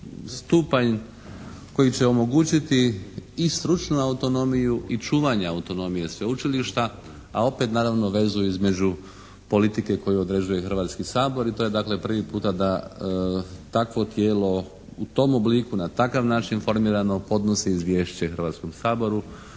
stupanj koji će omogućiti i stručnu autonomiju i čuvanje autonomije sveučilišta a opet naravno vezu između politike koju određuje Hrvatski sabor i to je dakle prvi puta da takvo tijelo u tom obliku na takav način formirano podnosi izvješće Hrvatskom saboru.